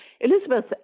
Elizabeth